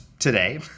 today